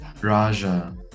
Raja